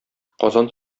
казан